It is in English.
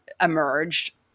emerged